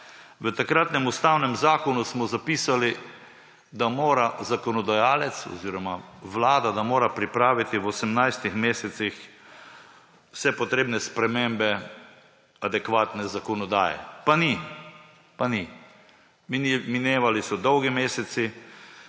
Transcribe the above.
V takratnem ustavnem zakonu smo zapisali, da mora zakonodajalec oziroma vlada, da mora pripraviti v 18 mesecih vse potrebne spremembe adekvatne zakonodaje. Pa ni. Pa ni! Minevali so dolgi meseci,